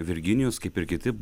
virginijus kaip ir kiti